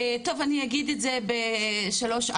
אגיד את זה בשלוש,